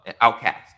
Outcast